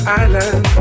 island